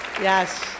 yes